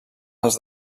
als